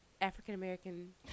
African-American